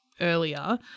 earlier